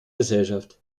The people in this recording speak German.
gesellschaft